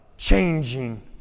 Changing